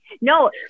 No